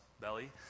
belly